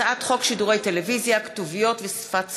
הצעת חוק שידורי טלוויזיה (כתוביות ושפת סימנים)